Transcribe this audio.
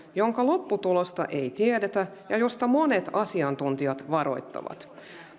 jonka lopputulosta ei tiedetä ja josta monet asiantuntijat varoittavat